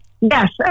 yes